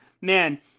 man